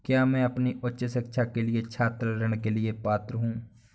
क्या मैं अपनी उच्च शिक्षा के लिए छात्र ऋण के लिए पात्र हूँ?